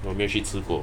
我没有去吃过